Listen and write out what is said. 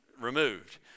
removed